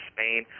Spain